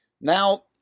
Now